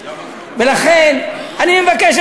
ולכן אני מבקש,